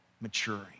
maturing